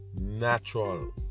natural